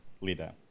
leader